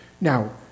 now